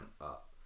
up